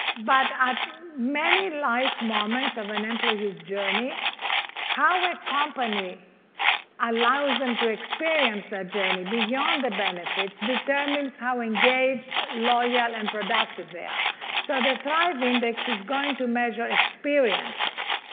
but at many life moments of an employee's journey how a company allows them to experience that journey beyond the benefits determines how engaged, loyal and productive they are so the thrive index is going to measure experiences,